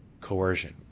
coercion